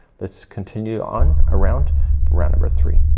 let's continue on around for round number three.